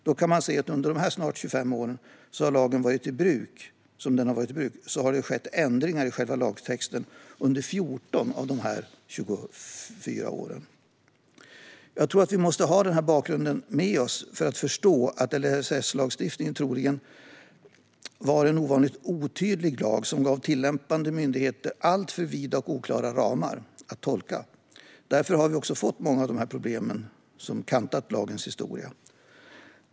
Då ser man att under de snart 25 år som lagen har varit i bruk har det skett ändringar i själva lagtexten under 14 av dessa 25 år. Jag tror att vi måste ha den här bakgrunden med oss för att förstå att LSS troligen var en ovanligt otydlig lag som gav tillämpande myndigheter alltför vida och oklara ramar att tolka. Därför har vi fått många av de problem som kantat lagens historia.